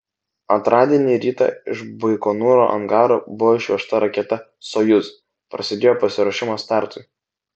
antradienį rytą iš baikonūro angaro buvo išvežta raketa sojuz prasidėjo pasiruošimas startui